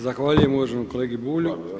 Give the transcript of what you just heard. Zahvaljujem uvaženom kolegi Bulju.